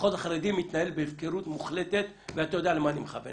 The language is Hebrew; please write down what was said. המחוז החרדי מתנהל בהפקרות מוחלטת ואתה יודע למה אני מכוון,